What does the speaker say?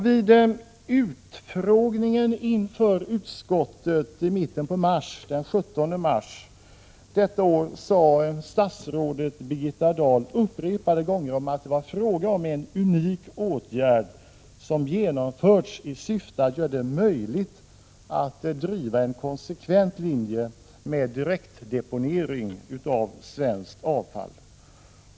Vid utfrågningen inför konstitutionsutskottet den 17 mars i år sade statsrådet Birgitta Dahl upprepade gånger att det var fråga om en unik åtgärd, som genomförts i syfte att göra det möjligt att driva en konsekvent linje med direktdeponering av svenskt avfall.